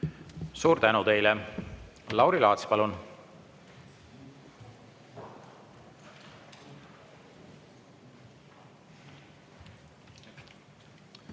Suur tänu teile! Lauri Laats, palun!